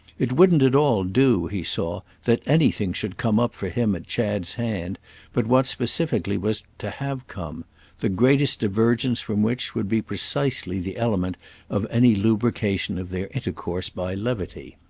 it wouldn't at all do, he saw, that anything should come up for him at chad's hand but what specifically was to have come the greatest divergence from which would be precisely the element of any lubrication of their intercourse by levity